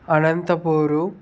Anantapur